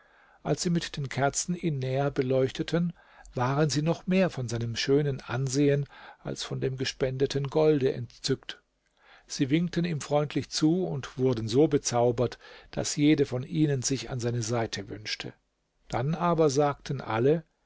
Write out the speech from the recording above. als sie mit den kerzen ihn näher beleuchteten waren sie noch mehr von seinem schönen ansehen als von dem gespendeten golde entzückt sie winkten ihm freundlich zu und wurden so bezaubert daß jede von ihnen sich an seine seite wünschte dann aber sagten alle